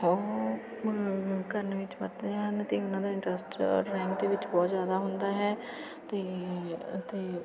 ਉਹ ਕਰਨ ਵਿੱਚ ਵੱਧਦੇ ਹਨ ਅਤੇ ਉਹਨਾਂ ਦਾ ਇੰਟਰਸਟ ਡਰਾਇੰਗ ਦੇ ਵਿੱਚ ਬਹੁਤ ਜ਼ਿਆਦਾ ਹੁੰਦਾ ਹੈ ਅਤੇ ਅਤੇ